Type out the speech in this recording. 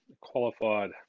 qualified